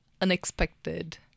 unexpected